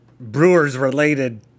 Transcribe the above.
Brewers-related